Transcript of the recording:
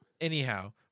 Anyhow